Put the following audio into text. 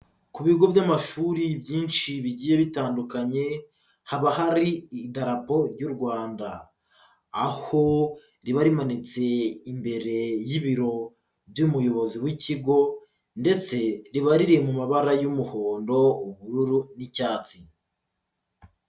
Ku bigo by'amashuri byinshi bigiye bitandukanye, haba hari idarabo y'u Rwanda, aho riba rimanitse imbere y'ibiro by'umuyobozi w'ikigo ndetse riba riri mu mabara y'umuhondo, ubururu n'icyatsi.